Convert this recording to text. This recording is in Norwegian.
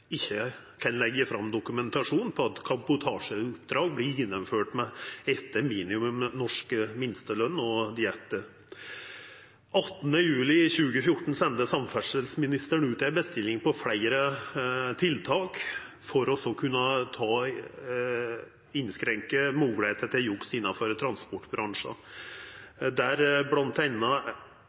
ikkje kan leggja fram dokumentasjon på at kabotasjeoppdrag vert gjennomført etter minimum norsk minstelønn og diettar. Den 18. juli 2014 sende samferdsleministeren ut ei bestilling på fleire tiltak for å kunna innskrenke moglegheita for juks innanfor transportbransjen, der